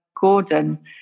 Gordon